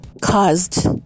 caused